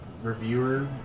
Reviewer